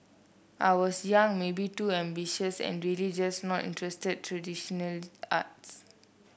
I was young maybe too ambitious and really just not interested traditional arts